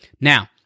Now